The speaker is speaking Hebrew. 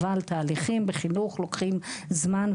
אבל תהליכים בחינוך לוקחים זמן,